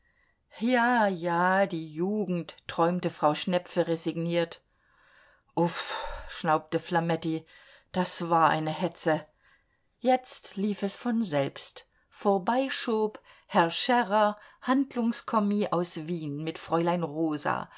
ja ja die jugend träumte frau schnepfe resigniert uff schnaubte flametti das war eine hetze jetzt lief es von selbst vorbei schob herr scherrer handlungskommis aus wien mit fräulein rosa